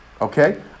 okay